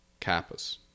Kappas